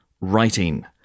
writing